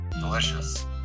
delicious